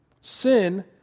Sin